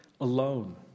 alone